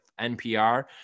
npr